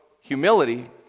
humility